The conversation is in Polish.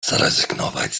zrezygnować